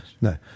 No